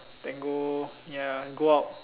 then go ya go out